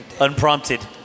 unprompted